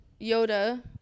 yoda